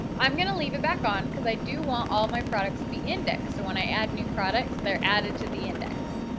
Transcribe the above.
i'm going to leave it back on because i do want all of my products to be indexed. so when i add new products they're added to the index.